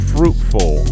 Fruitful